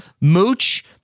Mooch